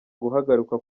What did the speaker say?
guhagarikwa